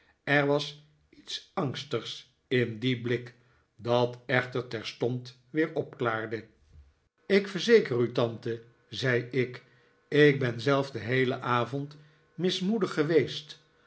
er was iets angstigs in dien blik dat echter terstond weer opklaarde ik verzeker u tante zei ik ik ben zelf den heelen avond mismoedig geweest